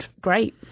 great